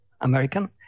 American